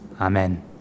Amen